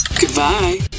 Goodbye